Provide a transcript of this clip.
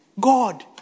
God